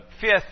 fifth